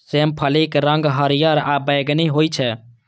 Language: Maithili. सेम फलीक रंग हरियर आ बैंगनी होइ छै